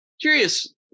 Curious